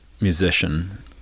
musician